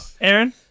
Aaron